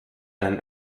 einen